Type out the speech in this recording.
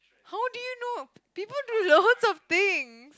how do you know people do lots of things